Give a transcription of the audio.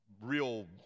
real